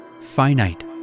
finite